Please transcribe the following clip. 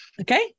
Okay